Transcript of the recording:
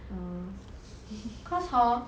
cause hor